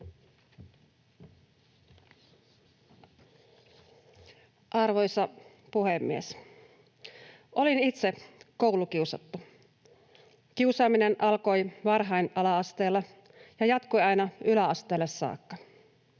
Arvoisa puhemies! Olin itse koulukiusattu. Kiusaaminen alkoi varhain ala-asteella ja jatkui aina yläasteelle saakka.